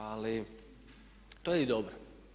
Ali to je i dobro.